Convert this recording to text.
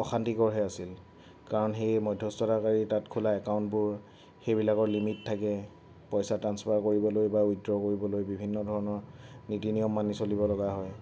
অশান্তিকৰহে আছিল কাৰণ সেই মধ্যস্থতাকাৰীৰ তাত খোলা একাউণ্টবোৰ সেইবিলাকৰ লিমিট থাকে পইচা ট্ৰান্সফাৰ কৰিবলৈ বা উইড্ৰ কৰিবলৈ বিভিন্ন ধৰণৰ নীতি নিয়ম মানি চলিব লগা হয়